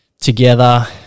together